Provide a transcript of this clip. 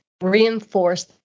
reinforce